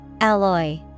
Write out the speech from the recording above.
Alloy